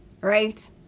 right